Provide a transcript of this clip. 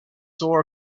saw